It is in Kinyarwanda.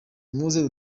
muze